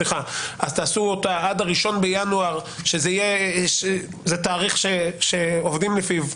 אז תעשו אותה עד 1 בינואר שזה תאריך שעובדים לפיו.